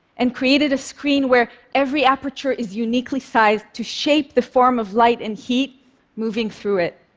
and created a screen where every aperture is uniquely sized to shape the form of light and heat moving through it.